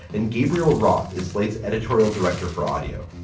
and gabriel roth is slate's editorial director for audio.